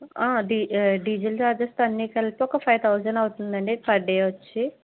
D diesel చార్జెస్తో అన్నీ కలిపి ఒక ఫైవ్ థౌజండ్ అవుతుందండి పర్ డే వచ్చి